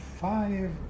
Five